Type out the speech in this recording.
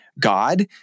God